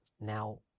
now